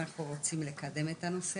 אנחנו רוצים לקדם את הנושא